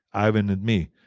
ivan, and me.